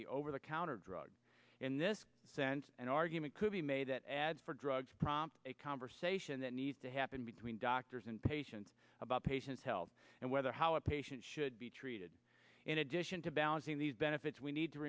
the over the counter drugs in this sense an argument could be made that ads for drugs prompt a conversation that needs to happen between doctors and patients about patients health and whether or how a patient should be treated in addition to balancing these benefits we need to